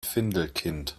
findelkind